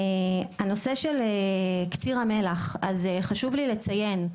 הנושא של קציר המלח, אז חשוב לי לציין,